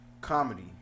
Comedy